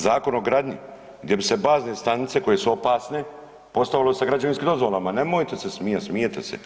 Zakon o gradnji gdje bi se bazne stanice koje su opasne, postavile se građevinskim dozvolama, nemojte se smijati, smijete se.